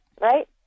right